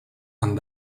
and